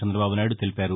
చందబాబు నాయుడు తెలిపారు